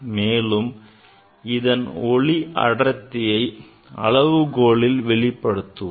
மேலும் இதன் ஒளி அடர்த்தியை watt அளவுகோலில் வெளிப்படுத்துவோம்